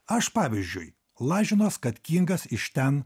aš pavyzdžiui lažinuos kad kingas iš ten